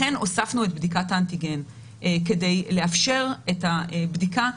לכן הוספנו את בדיקת האנטיגן כדי לאפשר את הבדיקה.